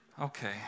Okay